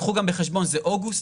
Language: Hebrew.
קחו בחשבון שזה אוגוסט,